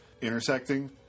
intersecting